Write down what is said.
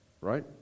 right